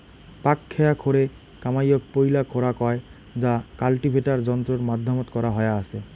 পাকখেয়া খোরে কামাইয়ক পৈলা খোরা কয় যা কাল্টিভেটার যন্ত্রর মাধ্যমত করা হয়া আচে